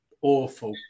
awful